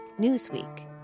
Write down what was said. Newsweek